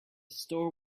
store